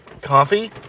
Coffee